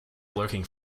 lurking